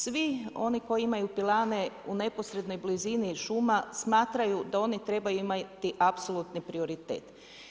Svi oni koji imaju pilane, u neposrednoj blizini šuma, smatraju da one trebaju imati apsolutni prioritet.